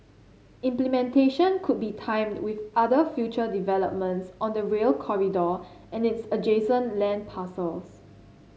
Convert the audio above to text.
implementation could be timed with other future developments on the Rail Corridor and its adjacent land parcels